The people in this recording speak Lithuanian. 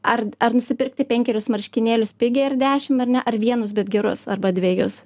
ar ar nusipirkti penkerius marškinėlius pigiai ar dešim ar ne ar vienus bet gerus arba dvejus